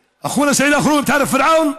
בערבית: אתה מכיר את פרעון,